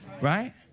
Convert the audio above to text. Right